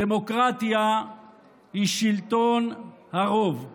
דמוקרטיה היא שלטון הרוב.